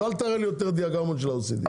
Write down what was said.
אז אל תראה לי יותר דיאגרמות של ה-OECD.